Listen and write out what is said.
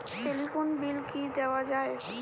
Telephone bill কি দেওয়া যায়?